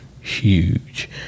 huge